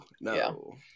No